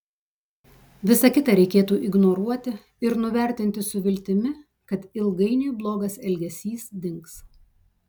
visa kita reikėtų ignoruoti ir nuvertinti su viltimi kad ilgainiui blogas elgesys dings